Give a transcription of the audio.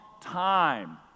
time